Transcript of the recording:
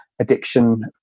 addiction